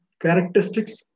characteristics